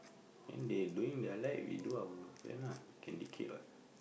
then they doing the light we do our fan lah can what